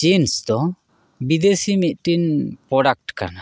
jeans ᱫᱚ ᱵᱤᱫᱮᱥᱤ ᱢᱤᱫᱴᱤᱱ ᱯᱚᱰᱟᱠ ᱠᱟᱱᱟ